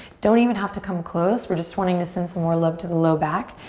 don't even have to come close, we're just wanting to send some more love to the low back.